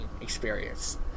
experience